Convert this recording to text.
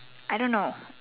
I don't know